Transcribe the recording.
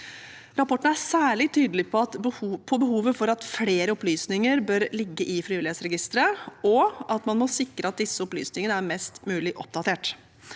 Rapporten er særlig tydelig på behovet for at flere opplysninger bør ligge i Frivillighetsregisteret, og at man må sikre at disse opplysningene er mest mulig oppdatert.